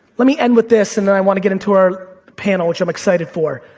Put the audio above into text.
let me end with this, and then i wanna get into our panel, which i'm excited for.